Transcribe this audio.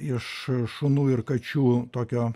iš šunų ir kačių tokio